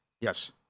Yes